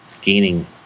gaining